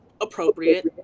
appropriate